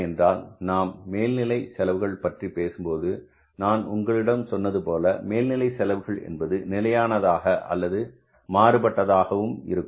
என்றால் நாம் மேல்நிலை செலவுகள் பற்றி பேசும்போது நான் உங்களிடம் சொன்னது போல மேல்நிலை செலவுகள் என்பது நிலையானதாக அல்லது மாறுபட்டதாகும் இருக்கும்